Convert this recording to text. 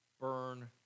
burn